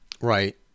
Right